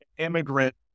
immigrant